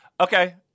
Okay